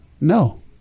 no